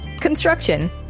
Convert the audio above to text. construction